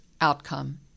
outcome